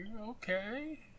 okay